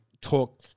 talk